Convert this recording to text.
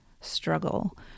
struggle